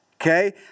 Okay